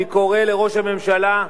אני קורא לראש הממשלה,